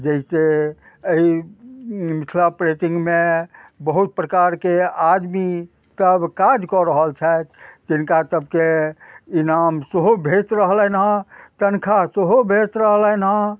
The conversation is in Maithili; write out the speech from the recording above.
जैसँ अइ मिथिला पेंटिंगमे बहुत प्रकारके आदमी सब काज कऽ रहल छथि जिनका सबके इनाम सेहो भेट रहलनि हँ तनखा सेहो भेट रहलनि हँ